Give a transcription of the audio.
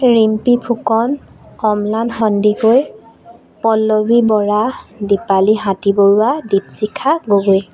Rimpi Phukan Amlan Sandikoi Pallavi Bora Dipali Hati Baruah Dipshikha Gogoi